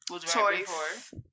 choice